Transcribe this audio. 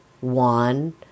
one